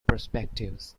perspectives